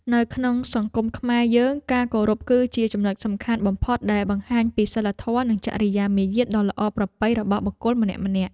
នៅក្នុងសង្គមខ្មែរយើងការគោរពគឺជាចំណុចសំខាន់បំផុតដែលបង្ហាញពីសីលធម៌និងចរិយាមារយាទដ៏ល្អប្រពៃរបស់បុគ្គលម្នាក់ៗ។